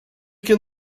can